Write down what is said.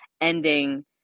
ending